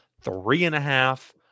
three-and-a-half